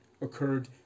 occurred